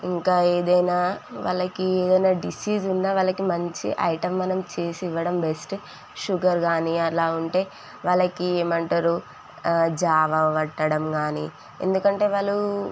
ఇంకా ఏదైనా వాళ్ళకి ఏదన్నా డిసీజ్ ఉన్నా వాళ్ళకి మంచి ఐటమ్ మనం చేసి ఇవ్వడం బెస్ట్ షుగర్ కానీ అలా ఉంటే వాళ్ళకి ఏమంటరు జావ పట్టడం కానీ ఎందుకంటే వాళ్ళు